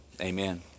amen